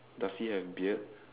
does he have beard